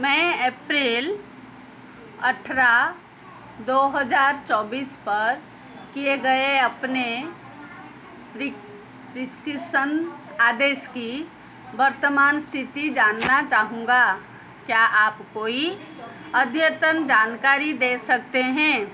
मैं एप्रिल अट्ठारह दो हज़ार चौबीस पर किए गए अपने प्रि प्रिस्क्रिप्शन आदेश की वर्तमान स्थिति जानना चाहूँगा क्या आप कोई अद्यतन जानकारी दे सकते हैं